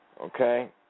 Okay